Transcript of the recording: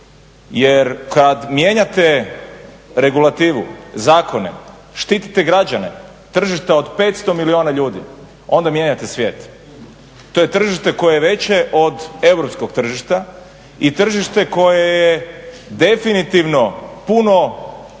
Jer kad mijenjate regulativu, zakone, štitite građane, tržište od 500 milijuna ljudi, onda mijenjate svijet. To je tržište koje je veće od europskog tržišta i tržište koje je definitivno puno izloženije